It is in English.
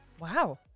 Wow